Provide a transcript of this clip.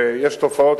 ויש תופעות,